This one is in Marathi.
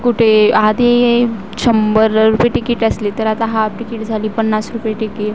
कुठे आधी शंभर रुपये टिकीट असली तर आता हाप टिकीट झाली पण्णास रुपये टिकीट